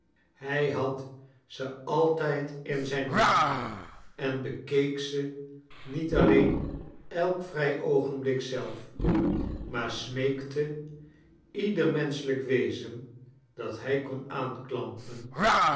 hij had ze altijd in zijn hoed en bekeek ze niet alleen elk vrij oogenblik zelf maar smeekte ieder menschelijk wezen dat hi kon aanklampen